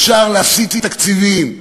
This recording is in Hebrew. אפשר להסיט תקציבים,